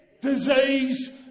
disease